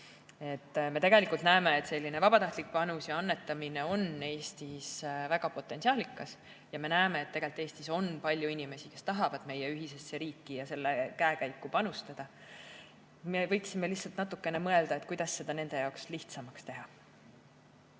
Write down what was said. Me tegelikult näeme, et selline vabatahtlik panus ja annetamine on Eestis väga potentsiaalikas, ja me näeme, et Eestis on palju inimesi, kes tahavad meie ühisesse riiki ja selle käekäiku panustada. Me võiksime lihtsalt natukene mõelda, kuidas seda nende jaoks lihtsamaks teha.